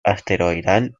asteroidal